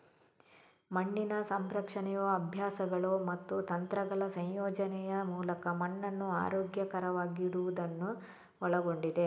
ಮಣ್ಣಿನ ಸಂರಕ್ಷಣೆಯು ಅಭ್ಯಾಸಗಳು ಮತ್ತು ತಂತ್ರಗಳ ಸಂಯೋಜನೆಯ ಮೂಲಕ ಮಣ್ಣನ್ನು ಆರೋಗ್ಯಕರವಾಗಿಡುವುದನ್ನು ಒಳಗೊಂಡಿದೆ